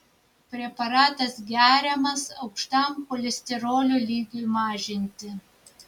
preparatas geriamas aukštam cholesterolio lygiui mažinti